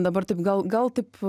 dabar taip gal gal taip